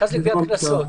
המרכז לגביית קנסות.